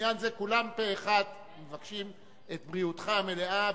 בעניין זה כולם פה-אחד מבקשים את בריאותך המלאה,